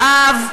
לאב,